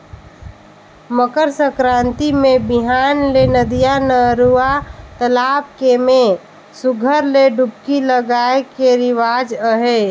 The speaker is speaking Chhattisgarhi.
मकर संकरांति मे बिहान ले नदिया, नरूवा, तलवा के में सुग्घर ले डुबकी लगाए के रिवाज अहे